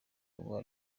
uwo